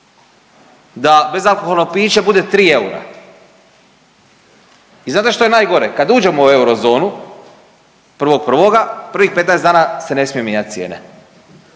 da bezalkoholno piće bude tri eura. I znate što je najgore? Kad uđemo u eurozonu 1.1. prvih 15 dana se ne smiju mijenjati cijene,